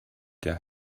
gas